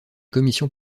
commissions